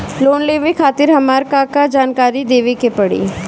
Loan लेवे खातिर हमार का का जानकारी देवे के पड़ी?